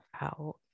out